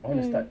mm